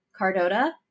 Cardota